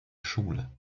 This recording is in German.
schule